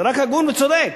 זה רק הגון וצודק.